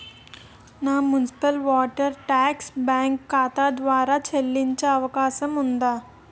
నా municipal water tax bank ఖాతా ద్వారా చెల్లించే అవకాశం ఉందా?